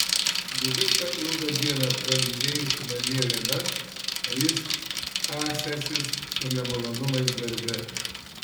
ji visą ilgą dieną pralindėjusi namie viena o jis tąsęsis su nemalonumais darbe